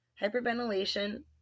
Hyperventilation